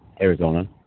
arizona